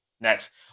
next